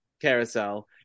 carousel